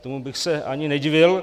Tomu bych se ani nedivil.